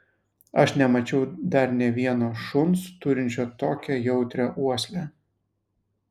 aš nemačiau dar nė vieno šuns turinčio tokią jautrią uoslę